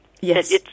Yes